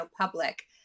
public